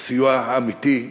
הסיוע האמיתי,